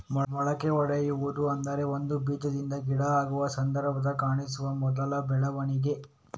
ಮೊಳಕೆಯೊಡೆಯುವುದು ಅಂದ್ರೆ ಒಂದು ಬೀಜದಿಂದ ಗಿಡ ಆಗುವ ಸಂದರ್ಭ ಕಾಣಿಸುವ ಮೊದಲ ಬೆಳವಣಿಗೆ